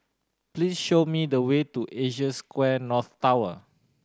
please show me the way to Asia Square North Tower